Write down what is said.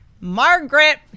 Margaret